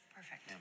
Perfect